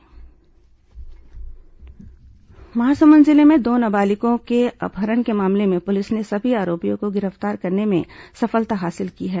अपहरण आरोपी गिरफ्तार महासमुंद जिले में दो नाबालिगों के अपहरण के मामले में पुलिस ने सभी आरोपियों को गिरफ्तार करने में सफलता हासिल की है